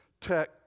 tech